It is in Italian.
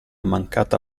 mancata